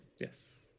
yes